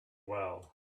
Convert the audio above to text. well